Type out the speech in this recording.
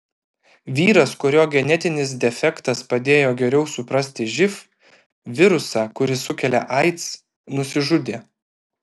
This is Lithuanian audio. vyras kurio genetinis defektas padėjo geriau suprasti živ virusą kuris sukelia aids nusižudė